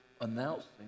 announcing